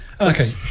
Okay